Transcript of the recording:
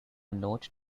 note